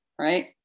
Right